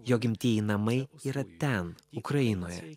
jo gimtieji namai yra ten ukrainoje